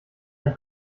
ein